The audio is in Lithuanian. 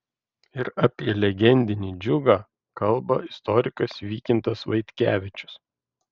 ir apie legendinį džiugą kalba istorikas vykintas vaitkevičius